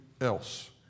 else